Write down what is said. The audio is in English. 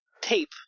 tape